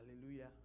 Hallelujah